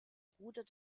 bruder